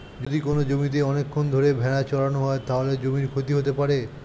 যদি কোনো জমিতে অনেকক্ষণ ধরে ভেড়া চড়ানো হয়, তাহলে জমির ক্ষতি হতে পারে